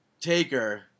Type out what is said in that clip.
Taker